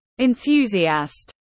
enthusiast